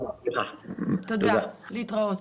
תודה ולהתראות.